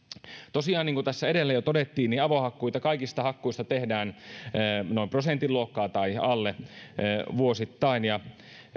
tosiaan niin kuin tässä edellä jo todettiin avohakkuita kaikista hakkuista on vuosittain noin prosentin luokkaa tai alle ja